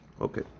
Okay